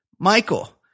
Michael